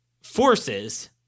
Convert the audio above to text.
forces